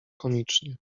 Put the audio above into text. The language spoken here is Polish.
komicznie